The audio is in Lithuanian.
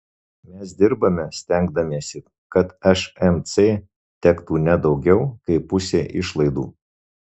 mes dirbame stengdamiesi kad šmc tektų ne daugiau kaip pusė išlaidų